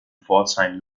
pforzheim